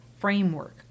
framework